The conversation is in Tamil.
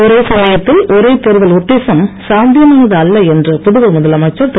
ஒரே சமயத்தில் ஒரே தேர்தல் உத்தேசம் சாத்தியமானது அல்ல என்று புதுவை முதலமைச்சர் திரு